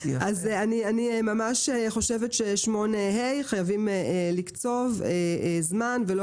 אני חושבת שבסעיף 8(ה) חייבים לקצוב זמן ולא